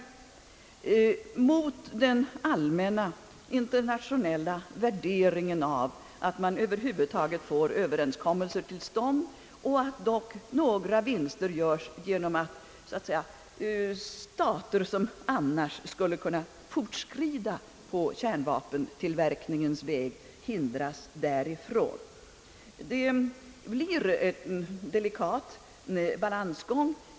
Vi har dock den allmänna internationella värderingen, att det är viktigt att man över huvud taget får några överenskommelser till stånd och att några vinster görs genom att stater, som annars skulle kunna fortskrida på kärnvapentillverkningens väg, hindras därifrån. Det blir en delikat balansgång.